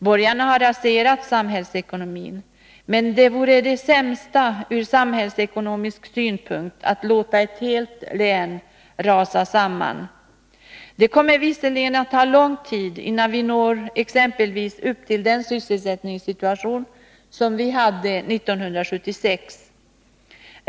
Borgarna har raserat samhällsekonomin, men det vore det sämsta ur samhällsekonomisk synpunkt att låta ett helt län rasa samman. Det kommer visserligen att ta lång tid innan vi exempelvis når upp till den sysselsättningssituation som vi hade 1976.